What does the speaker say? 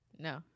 No